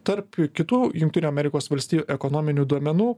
tarp kitų jungtinių amerikos valstijų ekonominių duomenų